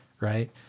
right